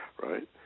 right